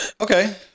okay